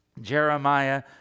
Jeremiah